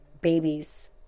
babies